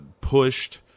pushed